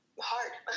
hard